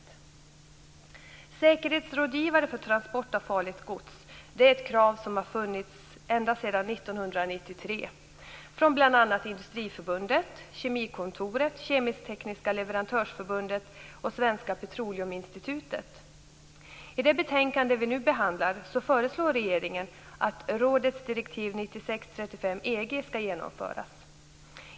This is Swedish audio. Att ha säkerhetsrådgivare för transport av farligt gods är ett krav som ända sedan 1993 har funnits från bl.a. Industriförbundet, Kemikontoret, Kemisk I det betänkande som vi nu behandlar föreslår regeringen att rådets direktiv 96 EG skall genomföras.